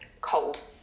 cold